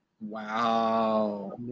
Wow